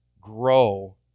grow